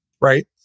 right